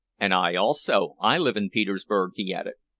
and i also. i live in petersburg, he added.